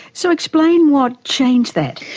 so explain what changed that?